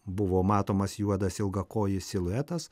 buvo matomas juodas ilgakojis siluetas